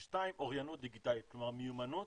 שתיים, אוריינות דיגיטלית, כלומר מיומנות